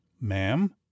ma'am